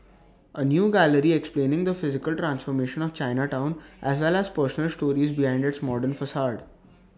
A new gallery explaining the physical transformation of Chinatown as well as personal stories behind its modern facade